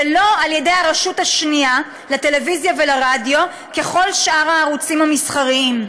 ולא על ידי הרשות השנייה לטלוויזיה ורדיו ככל שאר הערוצים המסחריים.